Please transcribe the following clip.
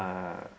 uh